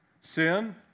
sin